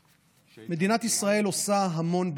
מדינת ישראל עושה המון בדיקות,